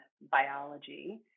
biology